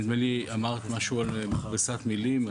נדמה לי שאמרת משהו על מכבסת מילים.